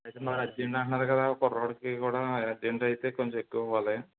అయితే మరి అర్జెంట్ అంటున్నారు కదా కుర్రోడికి కూడా అర్జెంట్ అయితే కొంచెం ఎక్కువ ఇవ్వాలి